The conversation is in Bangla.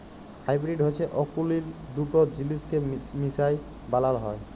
হাইবিরিড হছে অকুলীল দুট জিলিসকে মিশায় বালাল হ্যয়